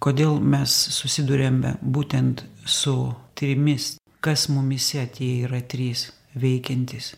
kodėl mes susiduriame būtent su trimis kas mumyse tie yra trys veikiantys